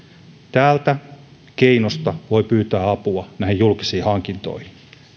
täältä keinosta voi pyytää apua näihin julkisiin hankintoihin